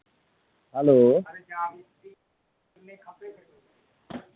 hello